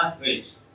Wait